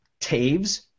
Taves